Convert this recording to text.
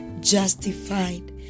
justified